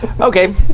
Okay